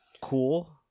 cool